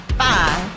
five